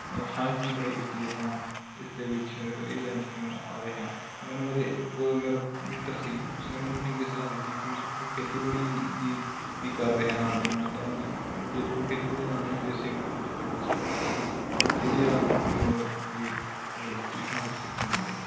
science ਦੀ ਪੜ੍ਹਾਈ ਕੀਤੀ ਹੈ ਤਾਂ ਇਸਦੇ ਵਿੱਚ ਇਹ ਲਾਈਨ 'ਚ ਕਿਉਂ ਆ ਰਿਹਾ ਤਾਂ ਮੈਨੂੰ ਮੇਰੇ ਇੱਕ ਮੇਰਾ ਮਿੱਤਰ ਸੀ ਉਸਨੇ ਮੈਨੂੰ ਚੰਗੀ ਸਲਾਹ ਦਿੱਤੀ ਕਿ ਤੂੰ ਖੇਤੀਬਾੜੀ ਦੀ ਵੀ ਕਰ ਰਿਹਾ ਨਾਲ ਦੀ ਨਾਲ ਤਾਂ ਮਤਲਬ ਜੇ ਤੂੰ ਖੇਤੀਬਾੜੀ ਨਾਲ ਨਾਲ ਬੀ ਐੱਸ ਸੀ ਐਗਰੀਕਲਚਰ ਦਾ ਕੋਰਸ ਕਰੇ ਤਾਂ ਤੈਨੂੰ ਵਧੀਆ ਅੱਗੇ ਮਤਲਬ ਕੁਛ ਨਾ ਕੁਛ ਸਿੱਖਣ ਨੂੰ ਮਿਲੇਗਾ